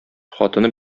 хатыны